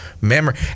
memory